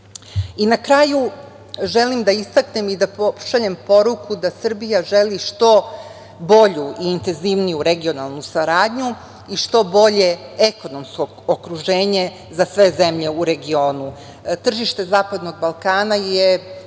kraju, želim da istaknem i pošaljem poruku da Srbija želi što bolju i intenzivniju regionalnu saradnju i što bolje ekonomsko okruženje za sve zemlje u regionu. Tržište zapadnog Balkana je